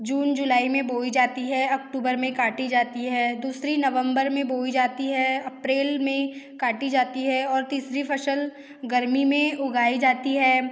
जून जुलाई में बोई जाती है अक्टूबर में काटी जाती है दूसरी नवम्बर में बोई जाती है अप्रैल में काटी जाती है और तीसरी फ़सल गर्मी में उगाई जाती है